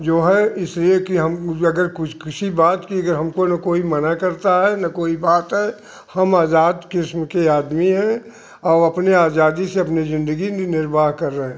जो है इसलिए कि हम अगर कुछ किसी बात की अगर हमको ना कोई मना करता है ना कोई बात है हम आज़ाद किस्म के आदमी है और अपने आज़ादी से अपनी जिंदगी में निर्वाह कर रहे हैं